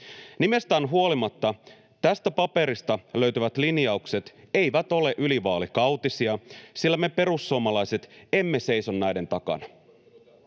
Nimestään huolimatta tästä paperista löytyvät linjaukset eivät ole ylivaalikautisia, sillä me perussuomalaiset emme seiso näiden takana.